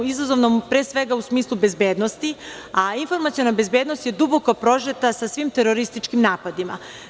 Izazovnom, pre svega, u smislu bezbednosti, a informaciona bezbednost je duboko prožeta sa svim terorističkim napadima.